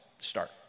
start